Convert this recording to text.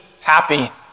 happy